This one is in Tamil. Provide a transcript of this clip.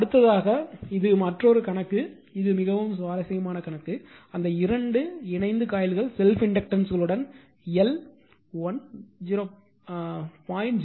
அடுத்தது இது மற்றொரு கணக்கு இது மிகவும் சுவாரஸ்யமான கணக்கு அந்த 2 இணைந்த காயில்கள் செல்ப் இண்டக்டன்ஸ்களுடன் எல் 1 0